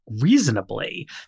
reasonably